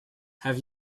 have